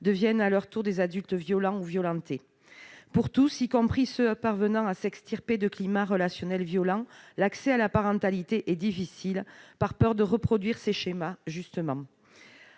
deviennent à leur tour des adultes violents ou violentés. Pour tous, y compris ceux qui parviennent à s'extirper de tels climats, l'accès à la parentalité est difficile, par peur de reproduire ces schémas, à juste